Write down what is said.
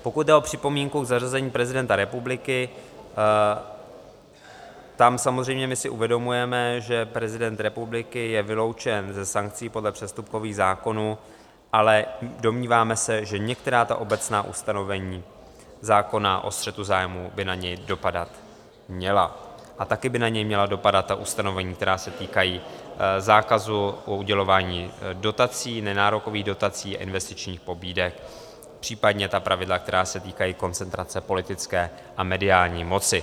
Pokud jde o připomínku k zařazení prezidenta republiky, tam samozřejmě si uvědomujeme, že prezident republiky je vyloučen ze sankcí podle přestupkových zákonů, ale domníváme se, že některá obecná ustanovení zákona o střetu zájmů by na něj dopadat měla a taky by na něj měla dopadat ta ustanovení, která se týkají zákazu o udělování dotací, nenárokových dotací, investičních pobídek, případně ta pravidla, která se týkají koncentrace politické a mediální moci.